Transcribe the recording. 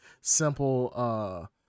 simple